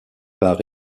parts